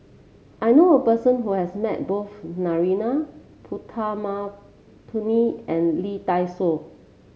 I know a person who has met both Narana Putumaippittan and Lee Dai Soh